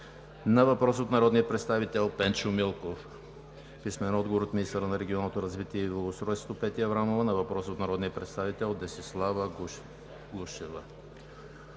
на въпрос от народния представител Пенчо Милков; - министъра на регионалното развитие и благоустройството – Петя Аврамова, на въпрос от народния представител Десислава Гушева;